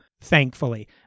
thankfully